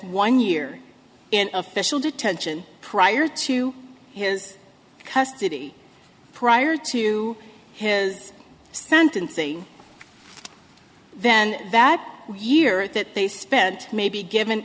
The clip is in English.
one year in official detention prior to his custody prior to his sentencing then that year that they spent may be given